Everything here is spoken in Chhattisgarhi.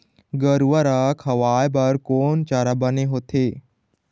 गरवा रा खवाए बर कोन चारा बने हावे?